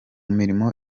mirimo